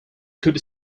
could